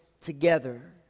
together